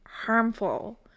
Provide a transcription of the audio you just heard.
harmful